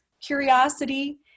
curiosity